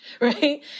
right